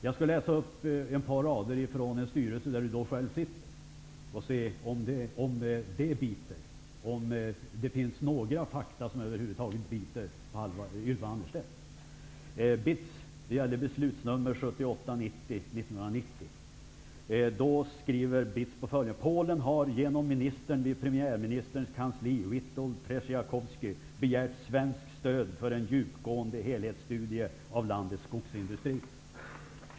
Jag skall läsa några rader i en skrivelse från en styrelse där Ylva Annerstedt själv är ledamot. Vi får se om det finns några fakta som över huvud taget biter på Ylva Annerstedt. Det gäller beslutsnummer 78-90 från år 1990. BITS hävdar följande: ''Polen har genom ministern vid premiärministerns kansli, Witold Trzeciakowski, begärt svenskt stöd för en djupgående helhetsstudie av landets skogsindustri.''